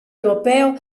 europeo